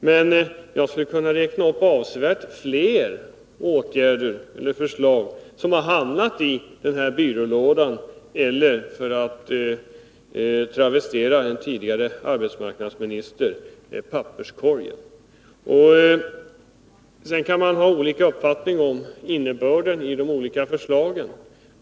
Men jag skulle kunna räkna upp åtskilligt fler förslag till åtgärder som har hamnat i byrålådan eller, för att citera en tidigare arbetsmarknadsminister, i papperskorgen. Sedan kan man ha olika uppfattning om innebörden av de olika förslagen.